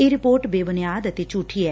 ਇਹ ਰਿਪੋਰਟ ਬੇਬੁਨਿਆਦ ਅਤੇ ਝੂਠੀ ਐ